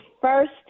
first